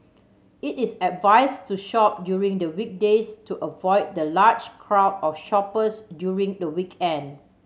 it is advise to shop during the weekdays to avoid the large crowd of shoppers during the weekend